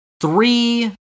three